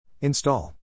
Install